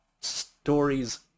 stories